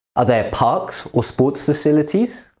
are there parks or sports facilities?